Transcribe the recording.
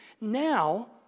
Now